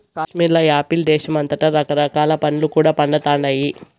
కాశ్మీర్ల యాపిల్ దేశమంతటా రకరకాల పండ్లు కూడా పండతండాయి